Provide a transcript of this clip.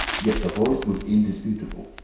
yet the voice was indisputable.